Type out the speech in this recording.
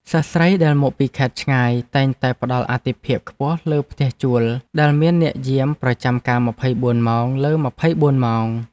សិស្សស្រីដែលមកពីខេត្តឆ្ងាយតែងតែផ្តល់អាទិភាពខ្ពស់លើផ្ទះជួលដែលមានអ្នកយាមប្រចាំការម្ភៃបួនម៉ោងលើម្ភៃបួនម៉ោង។